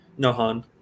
Nohan